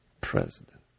president